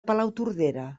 palautordera